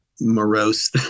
morose